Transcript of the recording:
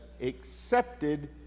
accepted